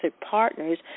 partners